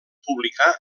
publicar